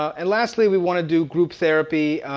and lastly, we want to do group therapy.